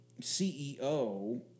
CEO